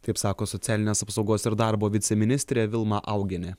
taip sako socialinės apsaugos ir darbo viceministrė vilma augienė